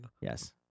Yes